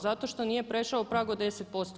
Zato što nije prešao prag od 10%